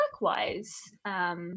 work-wise